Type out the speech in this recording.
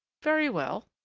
very well,